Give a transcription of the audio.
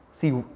See